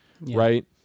right